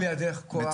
בידיך כוח.